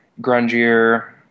grungier